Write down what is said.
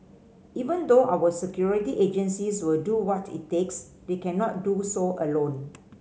even though our security agencies will do what it takes they cannot do so alone